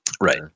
right